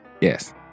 Yes